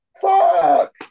Fuck